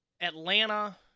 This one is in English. Atlanta